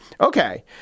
Okay